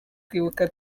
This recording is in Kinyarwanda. kwibuka